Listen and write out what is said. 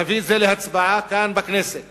להביא את זה להצבעה כאן בכנסת